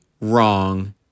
wrong